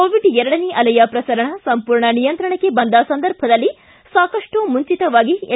Covid ಎರಡನೇ ಅಲೆಯ ಶ್ರಸರಣ ಸಂಪೂರ್ಣ ನಿಯಂತ್ರಣಕ್ಕೆ ಬಂದ ಸಂದರ್ಭದಲ್ಲಿ ಸಾಕಷ್ಟು ಮುಂಚಿತವಾಗಿ ಎಸ್